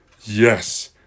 Yes